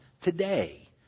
today